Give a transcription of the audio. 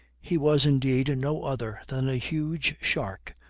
he was, indeed, no other than a huge shark,